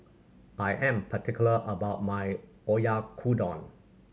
I am particular about my Oyakodon